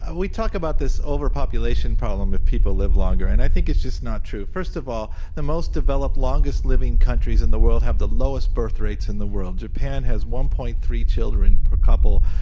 and we talk about this over population problem if people live longer and i think it's just not true. first of all, the most developed, longest living countries in the world have the lowest birth rates in the world. japan has one. three children per couple.